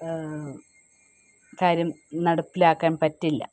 കാര്യം നടപ്പിലാക്കാൻ പറ്റില്ല